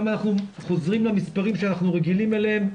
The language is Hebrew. היום אנחנו חוזרים למספרים שאנחנו רגילים אליהם,